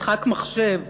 משחק מחשב,